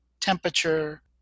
temperature